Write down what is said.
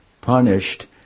punished